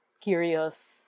curious